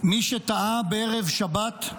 מי שטעה בערב שבת,